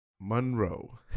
Monroe